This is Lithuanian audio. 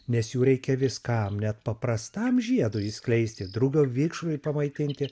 nes jų reikia viskam net paprastam žiedui išskleisti drugio vikšrui pamaitinti